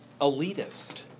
elitist